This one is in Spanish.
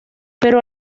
pero